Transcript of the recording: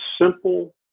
simple